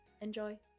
enjoy